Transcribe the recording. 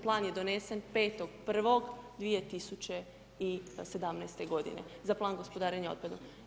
Plan je donesen 5.1.2017. godine za Plan gospodarenja otpadom.